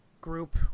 group